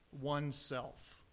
oneself